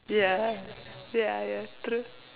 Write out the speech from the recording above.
ya ya ya true